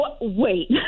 Wait